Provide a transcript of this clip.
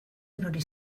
erori